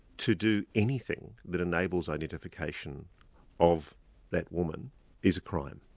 to do anything that enables identification of that woman is crime.